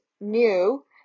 new